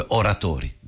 oratori